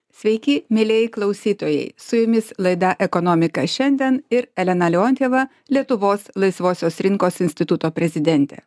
sveiki mielieji klausytojai su jumis laida ekonomika šiandien ir elena leontjeva lietuvos laisvosios rinkos instituto prezidentė